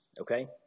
okay